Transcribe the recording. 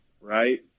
right